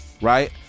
right